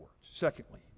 Secondly